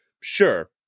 Sure